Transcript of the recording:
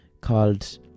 called